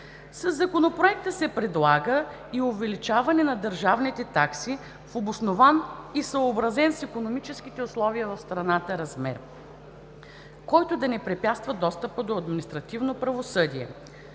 Със Законопроекта се предлага и увеличаване на държавните такси в обоснован и съобразен с икономическите условия в страната размер, който да не препятства достъпа до административно правосъдие.